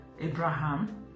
Abraham